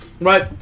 Right